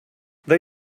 they